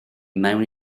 mewn